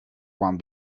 one